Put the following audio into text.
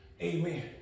amen